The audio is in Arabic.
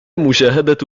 مشاهدة